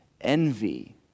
envy